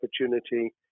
opportunity